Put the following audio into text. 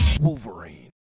Wolverine